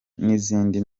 n’izindi